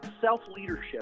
self-leadership